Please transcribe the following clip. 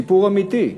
סיפור אמיתי.